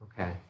Okay